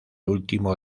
último